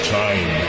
time